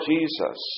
Jesus